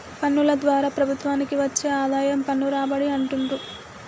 పన్నుల ద్వారా ప్రభుత్వానికి వచ్చే ఆదాయం పన్ను రాబడి అంటుండ్రు